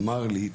אמר לי,